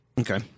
Okay